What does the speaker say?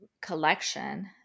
collection